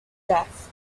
death